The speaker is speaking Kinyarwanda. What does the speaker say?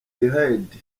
heard